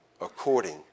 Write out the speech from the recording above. according